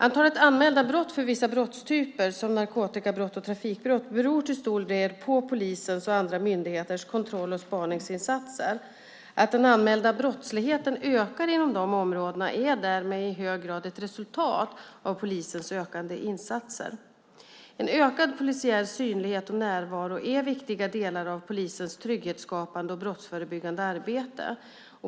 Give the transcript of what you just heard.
Antalet anmälda brott för vissa brottstyper, såsom narkotikabrott och trafikbrott, beror till stor del på polisens och andra myndigheters kontroll och spaningsinsatser. Att den anmälda brottsligheten ökar inom de områdena är därmed i hög grad ett resultat av polisens ökade insatser. En ökad polisiär synlighet och närvaro är viktiga delar av polisens trygghetsskapande och brottsförebyggande arbete.